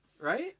Right